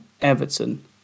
Everton